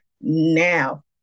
now